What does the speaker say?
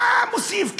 מה זה מוסיף?